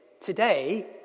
today